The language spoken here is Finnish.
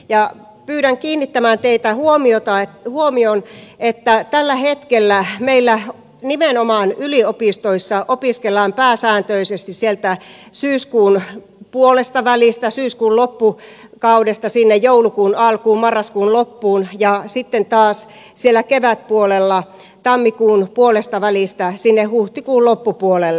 pyydän teitä kiinnittämään huomiota siihen että tällä hetkellä meillä nimenomaan yliopistoissa opiskellaan pääsääntöisesti sieltä syyskuun puolestavälistä syyskuun loppukaudesta sinne joulukuun alkuun marraskuun loppuun ja sitten taas siellä kevätpuolella tammikuun puolestavälistä sinne huhtikuun loppupuolelle